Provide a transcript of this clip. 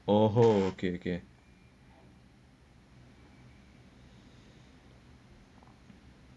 oh [ho] okay okay